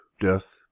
death